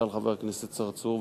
שאל חבר הכנסת צרצור,